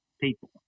people